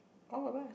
all of us